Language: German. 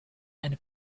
eine